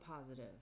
positive